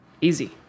Easy